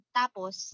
tapos